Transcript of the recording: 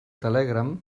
telegram